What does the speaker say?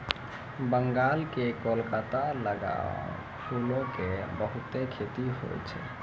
बंगाल के कोलकाता लगां फूलो के बहुते खेती होय छै